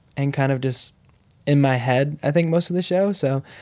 and kind of just in my head, i think, most of the show. so